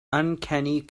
uncanny